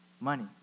money